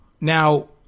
Now